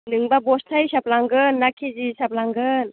नों दा बस्था हिसाब लांगोन ना के जि हिसाब लांगोन